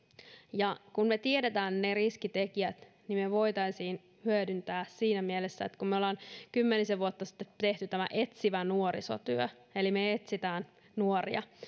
ja kun me tiedämme ne riskitekijät niin me voisimme hyödyntää tietoa siinä mielessä että kun me olemme kymmenisen vuotta sitten tehneet tämän etsivän nuorisotyön eli me etsimme nuoria